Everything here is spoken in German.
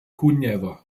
kuneva